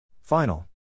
Final